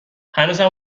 هنوزم